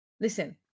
Listen